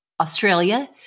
Australia